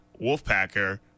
Wolfpacker